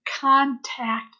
contact